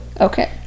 Okay